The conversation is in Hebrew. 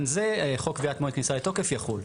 זה חוק קביעת מועד כניסה לתוקף יחול".